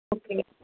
okay